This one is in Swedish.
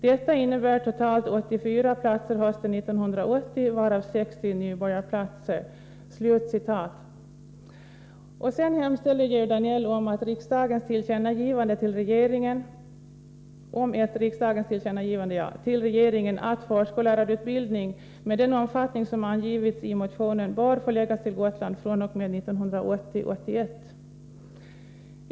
Detta borde innebära totalt 84 platser hösten 1980, varav 60 nybörjarplatser.” Sedan hemställer Georg Danell om ett riksdagens tillkännagivande till regeringen att förskollärarutbildning med den omfattning som angivits i motionen bör förläggas till Gotland fr.o.m. 1980/81.